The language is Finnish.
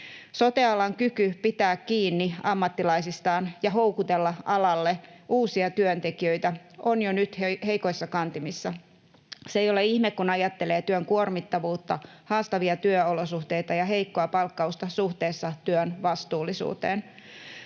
Sote-alan kyky pitää kiinni ammattilaisistaan ja houkutella alalle uusia työntekijöitä on jo nyt heikoissa kantimissa. Se ei ole ihme, kun ajattelee työn kuormittavuutta, haastavia työolosuhteita ja heikkoa palkkausta suhteessa työn vastuullisuuteen.